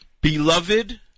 Beloved